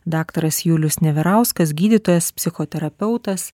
daktaras julius neverauskas gydytojas psichoterapeutas